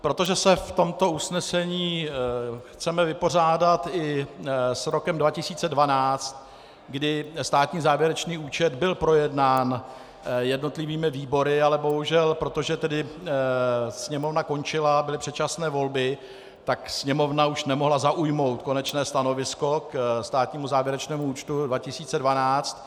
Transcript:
Protože se v tomto usnesení chceme vypořádat i s rokem 2012, kdy státní závěrečný účet byl projednán jednotlivými výbory, ale bohužel, protože Sněmovna končila, byly předčasné volby, tak Sněmovna už nemohla zaujmout konečné stanovisko k státnímu závěrečnému účtu 2012.